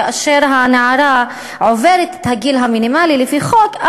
כאשר הנערה עוברת את הגיל המינימלי לפי חוק,